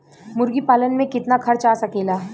मुर्गी पालन में कितना खर्च आ सकेला?